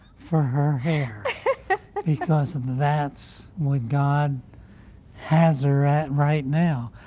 for her hair. the because that's what god has her out. right now.